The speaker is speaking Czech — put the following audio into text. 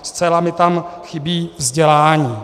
Zcela mi tam chybí vzdělání.